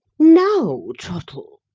now, trottle,